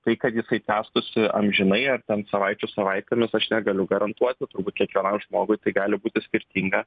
tai kad jisai tęstųsi amžinai ar ten savaičių savaitėmis aš negaliu garantuot bet turbūt kiekvienam žmogui tai gali būti skirtinga